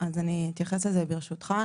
אני אתייחס לזה ברשותך.